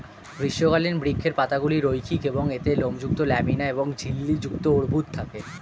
গ্রীষ্মকালীন বৃক্ষের পাতাগুলি রৈখিক এবং এতে লোমযুক্ত ল্যামিনা এবং ঝিল্লি যুক্ত অর্বুদ থাকে